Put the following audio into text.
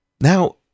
Now